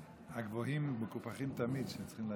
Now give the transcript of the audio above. הגבוהים מקופחים תמיד, הם שצריכים להרים.